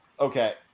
Okay